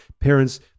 parents